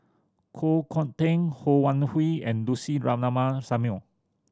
Koh Hong Teng Ho Wan Hui and Lucy Ratnammah Samuel